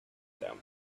them